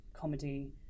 comedy